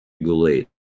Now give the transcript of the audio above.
regulate